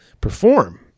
perform